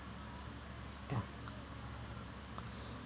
ya